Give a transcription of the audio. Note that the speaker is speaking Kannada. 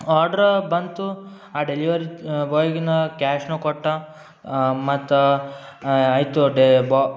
ಆರ್ಡ ಬಂತು ಆ ಡೆಲಿವರಿ ಬಾಯ್ಗಿನ್ನ ಕ್ಯಾಶನ್ನೂ ಕೊಟ್ಟೆ ಮತ್ತು ಆಯಿತು